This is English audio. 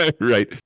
right